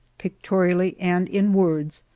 pictorially and in words,